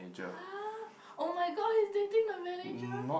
!huh! [oh]-my-god he's dating the manager